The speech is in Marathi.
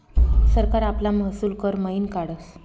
सरकार आपला महसूल कर मयीन काढस